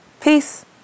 Peace